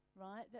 right